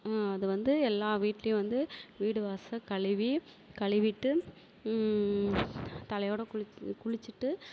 அது வந்து எல்லா வீட்டிலையும் வந்து வீடுவாசல் கழுவி கழுவிட்டு தலையோடு குளி குளிச்சுட்டு